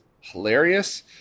hilarious